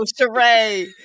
Sheree